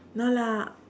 no lah